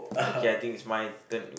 okay I think it's my turn